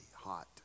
hot